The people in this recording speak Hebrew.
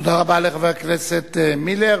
תודה רבה לחבר הכנסת מילר.